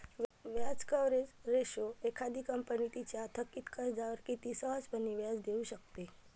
व्याज coverage ratio एखादी company तिच्या थकित कर्जावर किती सहजपणे व्याज देऊ शकते